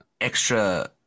extra